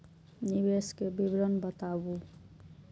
निवेश के विवरण बताबू?